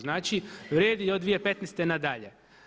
Znači vrijedi od 2015. nadalje.